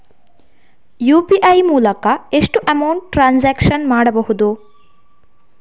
UPI ಮೂಲಕ ಎಷ್ಟು amount transaction ಮಾಡಬಹುದು?